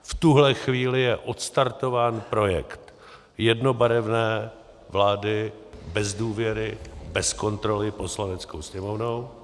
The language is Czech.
V tuhle chvíli je odstartován projekt jednobarevné vlády bez důvěry, bez kontroly Poslaneckou sněmovnou.